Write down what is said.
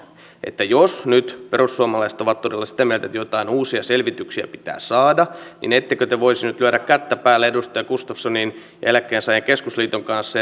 jos nyt perussuomalaiset ovat todella sitä mieltä että jotain uusia selvityksiä pitää saada niin ettekö te voisi nyt lyödä kättä päälle edustaja gustafssonin ja eläkkeensaajien keskusliiton kanssa